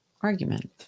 argument